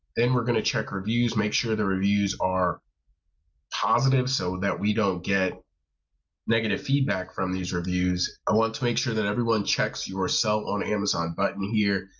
then we're going to check reviews make sure the reviews are positive so that we don't get negative feedback from these reviews. i want to make sure that everyone checks your sell on amazon button here,